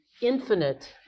infinite